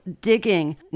digging